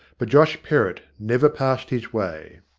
but josh perrott never passed his way.